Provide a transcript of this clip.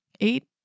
eight